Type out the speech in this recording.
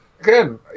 Again